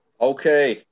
Okay